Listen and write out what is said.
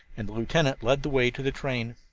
and the lieutenant led the way to the train.